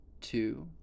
two